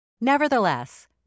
Nevertheless